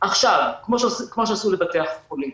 עכשיו כמו שעשו לבתי החולים,